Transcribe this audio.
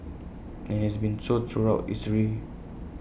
and IT has been so throughout history